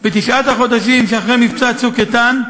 בתשעת החודשים שאחרי מבצע "צוק איתן"